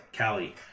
Callie